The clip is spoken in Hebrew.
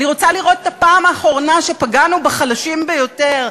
אני רוצה לראות את הפעם האחרונה שפגענו בחלשים ביותר,